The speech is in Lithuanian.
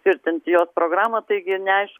tvirtinti jos programą taigi neaiš